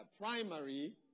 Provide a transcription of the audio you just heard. primary